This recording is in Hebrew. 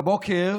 בבוקר